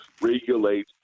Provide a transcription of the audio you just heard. regulate